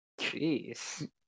Jeez